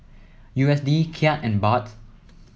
U S D Kyat and Baht